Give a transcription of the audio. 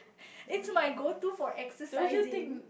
it's my go to for exercising